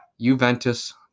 Juventus